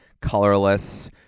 colorless